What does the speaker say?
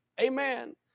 Amen